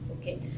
Okay